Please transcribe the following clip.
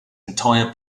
entire